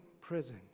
prison